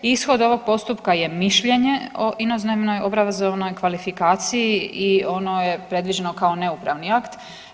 Ishod ovog postupka je mišljenje o inozemnoj obrazovnoj kvalifikaciji i ono je predviđeno kao neupravni akt.